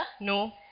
No